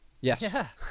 yes